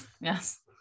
yes